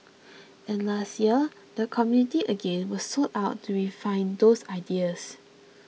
and last year the community again was sought out to refine those ideas